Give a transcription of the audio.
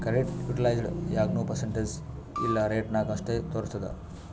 credit utilised ಯಾಗ್ನೂ percentage ಇಲ್ಲಾ rate ನಾಗ್ ಅಷ್ಟೇ ತೋರುಸ್ತುದ್